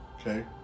okay